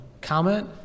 comment